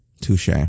Touche